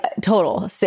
total